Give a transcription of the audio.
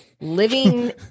living